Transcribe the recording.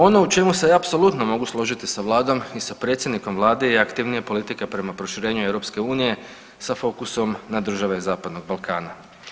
Ono u čemu se apsolutno mogu složiti sa vladom i sa predsjednikom vlade je aktivnija politika prema proširenju EU sa fokusom na države zapadnog Balkana.